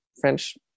French